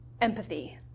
Empathy